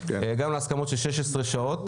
הגענו להסכמות של 16 שעות,